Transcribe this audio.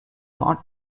not